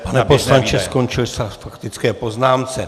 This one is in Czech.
Pane poslanče, skončil čas k faktické poznámce.